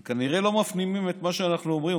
הם כנראה לא מפנימים את מה שאנחנו אומרים,